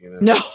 No